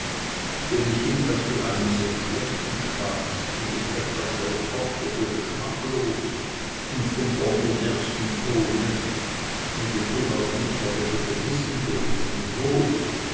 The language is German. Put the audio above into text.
denn ich hielt das für einen sehr schlechten spaß in betreff auf seine tochter für geschmacklos und vom ordinärsten tone in bezug auf mich aber für gewissenlos und roh